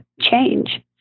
change